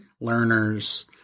Learners